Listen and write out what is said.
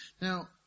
Now